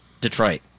Detroit